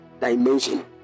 dimension